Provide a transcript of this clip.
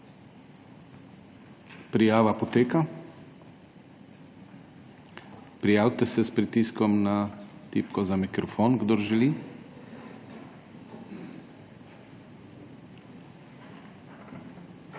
Prijava poteka. Prijavite se s pritiskom na tipko za mikrofon, kdor želi.